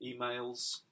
emails